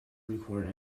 recorded